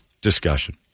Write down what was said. discussion